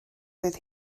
fydd